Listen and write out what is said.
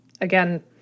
again